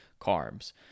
carbs